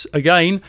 again